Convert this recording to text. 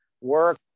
work